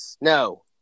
No